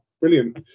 brilliant